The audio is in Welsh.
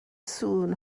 sŵn